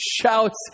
shouts